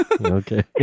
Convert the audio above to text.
Okay